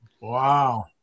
Wow